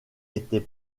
était